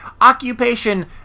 Occupation